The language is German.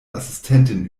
assistenten